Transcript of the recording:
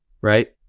right